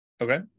Okay